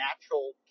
natural